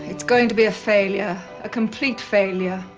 it's going to be a failure, a complete failure.